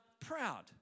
proud